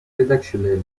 rédactionnel